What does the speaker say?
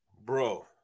Bro